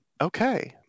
Okay